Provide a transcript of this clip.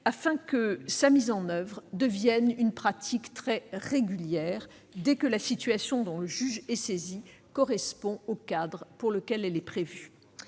afin que sa mise en oeuvre devienne une pratique très régulière, dès que la situation dont le juge est saisi correspond au cadre pour lequel elle est prévue.